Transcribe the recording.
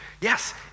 yes